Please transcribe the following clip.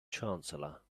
chancellor